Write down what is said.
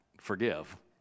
forgive